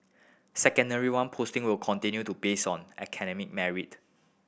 Secondary One posting will continue to be based on academic merit